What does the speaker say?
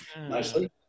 nicely